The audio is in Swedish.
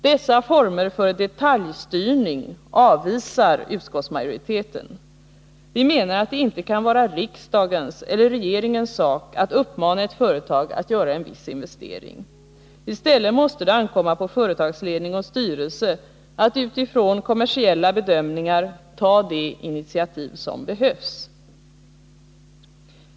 Dessa former för detaljstyrning avvisar utskottsmajoriteten. Vi menar att det inte kan vara riksdagens eller regeringens sak att uppmana ett företag att göra en viss investering. I stället måste det ankomma på företagsledning och styrelse att utifrån kommersiella bedömningar ta de initiativ som behövs.